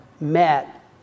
met